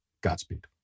Godspeed